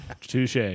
Touche